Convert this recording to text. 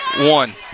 one